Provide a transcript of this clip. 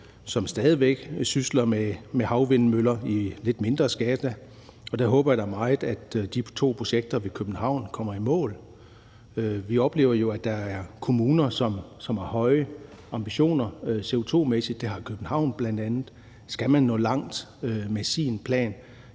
som stadig væk sysler med havvindmøller i lidt mindre skala, og der håber jeg da meget, at de to projekter ved København kommer i mål. Vi oplever jo, at der er kommuner, som har høje ambitioner CO2-mæssigt. Det har København bl.a., og skal man nå langt med sin plan,